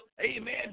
amen